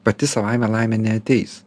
pati savaime laimė neateis